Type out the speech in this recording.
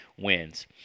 wins